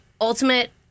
ultimate